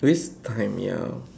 waste time ya